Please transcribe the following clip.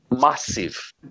massive